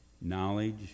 knowledge